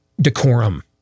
decorum